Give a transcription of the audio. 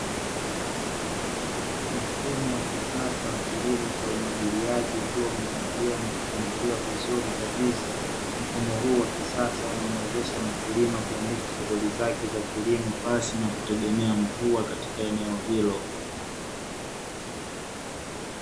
Mfumo wa kisasa wa kilimo cha umwagiliaji, ukiwa umeandaliwa na kupangiliwa vizuri kabisa, mfumo huu wa kisasa unamuwezesha mkulima kuendesha shughuli zake za kilimo pasi na kutegemea mvua katika eneo hilo.